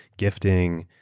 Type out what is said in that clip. gifting,